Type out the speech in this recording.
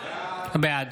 בעד